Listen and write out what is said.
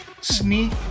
Sneak